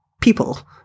people